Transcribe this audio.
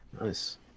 nice